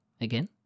again